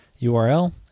URL